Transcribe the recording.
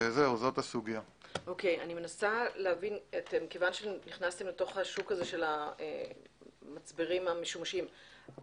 כיוון שנכנסתם לתוך השוק הזה של המצברים המשומשים,